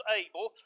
able